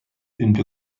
into